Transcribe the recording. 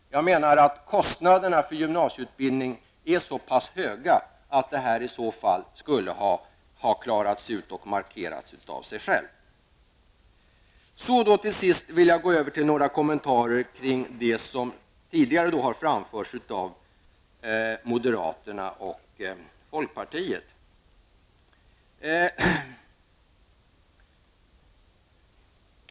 Men jag menar att kostnaderna för gymnasieutbildningen är så pass höga att det här i så fall skulle ha klarats ut och så att säga markerats av sig självt. Till sist några kommentarer till det som tidigare har framförts här av moderaterna och folkpartiet.